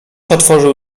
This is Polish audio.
otworzył